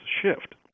shift